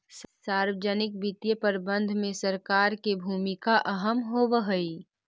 सार्वजनिक वित्तीय प्रबंधन में सरकार के भूमिका अहम होवऽ हइ